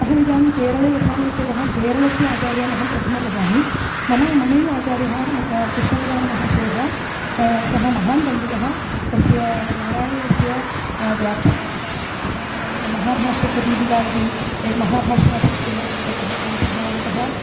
अहम् इदानीं केरळे वसामि इत्यतः केरळस्य आचार्यान् अहं प्रथमं वदामि मम ममैव आचार्यः कृष्णकुमारमहाशयः सः महान् पण्डितः तस्य नारायणीयस्य व्याख्या आगता अनन्तरं महाभाष्यप्रदीपिका इति एकः महाभाष्यमधिकृत्य एकः एकः ग्रन्थः आगतः